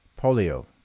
polio